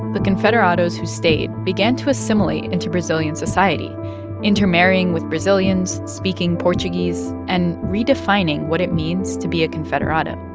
the confederados who state began to assimilate into brazilian society intermarrying with brazilians, speaking portuguese and redefining what it means to be a confederado